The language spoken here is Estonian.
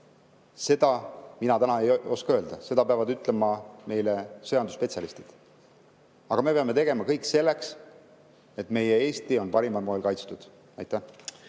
Seda mina ei oska öelda, seda peavad ütlema meile sõjandusspetsialistid. Aga me peame tegema kõik selleks, et meie Eesti oleks parimal moel kaitstud. Aitäh!